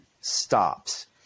stops